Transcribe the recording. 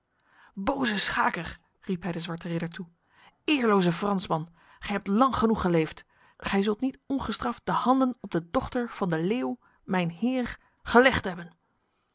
boze schaker riep hij de zwarte ridder toe eerloze fransman gij hebt lang genoeg geleefd gij zult niet ongestraft de handen op de dochter van de leeuw mijn heer gelegd hebben